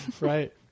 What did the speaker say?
right